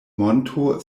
monto